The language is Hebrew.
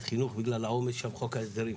חינוך בגלל העומס של חוק ההסדרים.